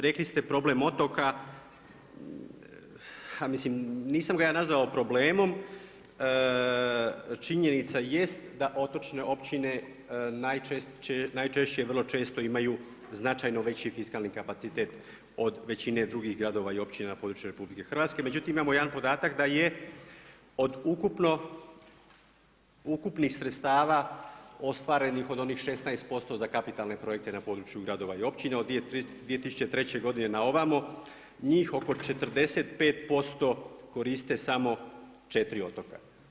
Rekli ste problem otoka, ha mislim nisam ga ja nazvao problemom, činjenica jest da otočne općine najčešće vrlo često imaju značajno veći fiskalni kapacitet od većine drugih gradova i općina na području RH, međutim imamo jedan podatak da je od ukupnih sredstava ostvarenih od onih 16% za kapitalne projekte na području gradova i općina od 2003. godine na ovamo, njih oko 45% koriste samo četiri otoka.